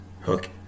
hook